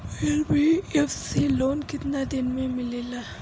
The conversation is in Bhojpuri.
एन.बी.एफ.सी लोन केतना दिन मे मिलेला?